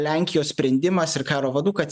lenkijos sprendimas ir karo vadų kad